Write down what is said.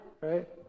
right